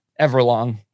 Everlong